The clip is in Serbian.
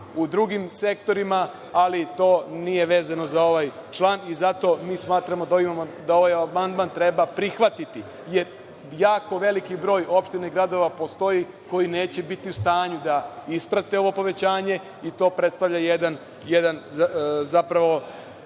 u drugim sektorima, ali to nije vezano za ovaj član. Zato mi smatramo da ovaj amandman treba prihvatiti, jer jako veliki broj opština i gradova postoji koji neće biti u stanju da isprate ovo povećanje i to predstavlja jedan ozbiljan